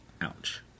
ouch